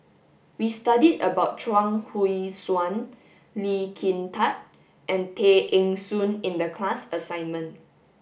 we studied about Chuang Hui Tsuan Lee Kin Tat and Tay Eng Soon in the class assignment